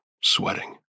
sweating